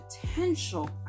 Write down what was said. potential